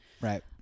Right